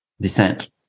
descent